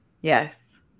yes